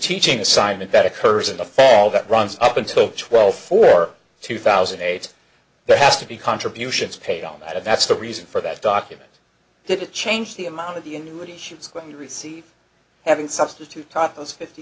teaching assignment that occurs in the fall that runs up until twelve for two thousand and eight there has to be contributions paid on that and that's the reason for that document didn't change the amount of the annuity she was going to receive having substitute typos fifty